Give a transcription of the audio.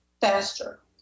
faster